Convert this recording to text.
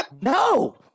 No